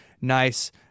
nice